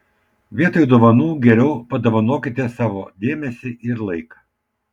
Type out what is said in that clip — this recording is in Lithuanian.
vietoj dovanų geriau padovanokite savo dėmesį ir laiką